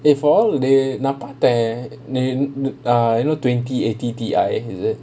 eh all they நான் பாத்தேன்:naan paathaen err you know twenty eighty T_I is it